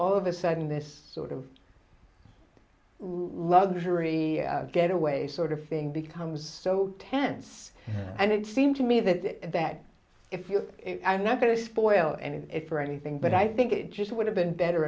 all of a sudden this sort of luxury getaway sort of thing becomes so tense and it seemed to me that that if you i'm not going to spoil any of it for anything but i think it just would have been better